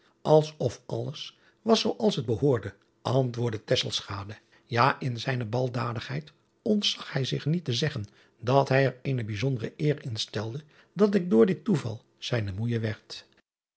als of alles was zoo als het behoorde antwoordde ja in zijne balddadigheid ontzag hij zich niet te zeggen dat hij er eene bijzondere eer in stelde dat ik door dit toeval zijne moeije werd